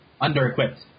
Under-equipped